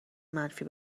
منفی